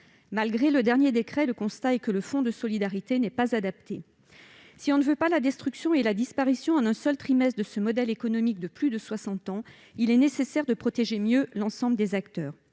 Malgré le dernier décret, nous constatons que le Fonds de solidarité n'est pas adapté. Si l'on ne veut pas la disparition et la destruction, en un seul trimestre, de ce modèle économique de plus de soixante ans, il est nécessaire de protéger mieux l'ensemble des acteurs.